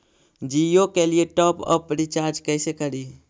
जियो के लिए top up recharge कैसे करी?